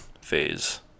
phase